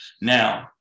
Now